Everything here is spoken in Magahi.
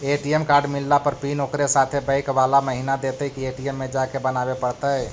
ए.टी.एम कार्ड मिलला पर पिन ओकरे साथे बैक बाला महिना देतै कि ए.टी.एम में जाके बना बे पड़तै?